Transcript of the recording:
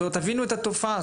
תבינו את התופעה.